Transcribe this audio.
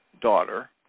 daughter